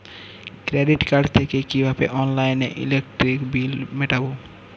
Credit card থেকে কিভাবে অনলাইনে ইলেকট্রিক বিল মেটাবো?